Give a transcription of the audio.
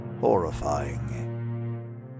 horrifying